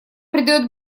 придает